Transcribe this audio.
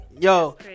Yo